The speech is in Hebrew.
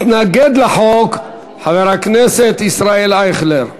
מתנגד לחוק, חבר הכנסת ישראל אייכלר.